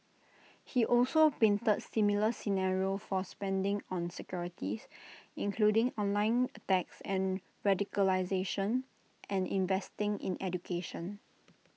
he also painted similar scenarios for spending on securities including online attacks and radicalisation and investing in education